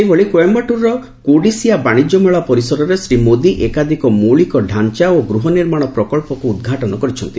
ସେହିଭଳି କୋଇମ୍ଘାଟ୍ରର କୋଡ଼ିସିଆ ବାଣିଜ୍ୟ ମେଳା ପରିସରରେ ଶ୍ରୀ ମୋଦୀ ଏକାଧିକ ମୌଳିକ ଡାଞ୍ଚା ଓ ଗୃହ ନିର୍ମାଣ ପ୍ରକଳ୍ପକ୍ ଉଦ୍ଘାଟନ କରିଛନ୍ତି